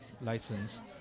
license